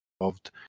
involved